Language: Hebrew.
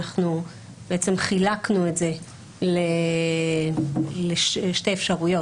אנחנו חילקנו את זה לשתי אפשרויות.